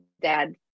dad